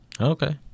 Okay